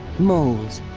moles,